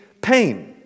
pain